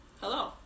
hello